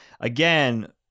again